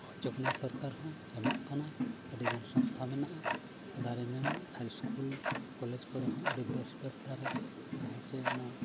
ᱦᱚᱪᱚ ᱠᱟᱱᱟᱭ ᱥᱚᱨᱠᱟᱨ ᱦᱚᱸ ᱮᱢᱚᱜ ᱠᱟᱱᱟᱭ ᱟᱹᱰᱤᱜᱟᱱ ᱥᱚᱝᱥᱛᱷᱟ ᱢᱮᱱᱟᱜᱼᱟ ᱫᱟᱨᱮᱼᱱᱟᱹᱲᱤ ᱟᱨ ᱠᱚᱨᱮ ᱦᱚᱸ ᱟᱹᱰᱤ ᱵᱮᱥᱼᱵᱮᱥ ᱫᱟᱨᱮ ᱡᱟᱦᱟᱸ ᱪᱮ ᱚᱱᱟ